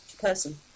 person